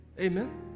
amen